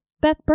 Beth